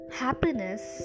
happiness